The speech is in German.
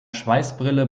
schweißbrille